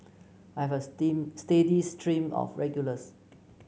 I have a steam steady stream of regulars